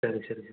சரி சரி